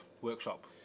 workshop